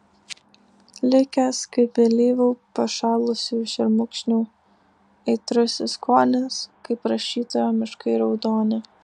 likęs kaip vėlyvų pašalusių šermukšnių aitrusis skonis kaip rašytojo miškai raudoni